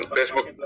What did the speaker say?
Facebook